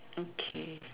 okay